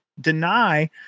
deny –